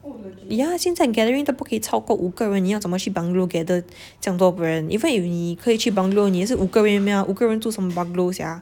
yeah 现在 gathering 都不可以超过五个人你要怎么去 bungalow gather 这样多 friend even if 你可以去 bungalow 也是五个人而已 mah 五个人住什么 bungalow sia